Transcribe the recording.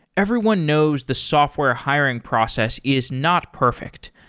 everyone knows the software hiring process is not perfect.